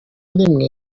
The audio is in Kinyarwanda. rimwe